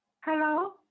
Hello